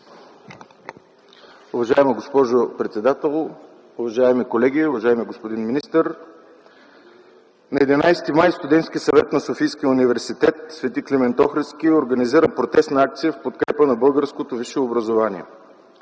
Уважаема госпожо председател, уважаеми колеги, уважаеми господин министър! На 11 май Студентският съвет на СУ „Св. Климент Охридски” организира протестна акция в подкрепа на българското висше образование.